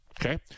Okay